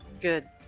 Good